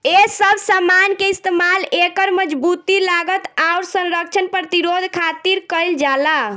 ए सब समान के इस्तमाल एकर मजबूती, लागत, आउर संरक्षण प्रतिरोध खातिर कईल जाला